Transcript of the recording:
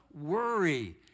worry